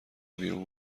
بیرون